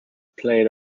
played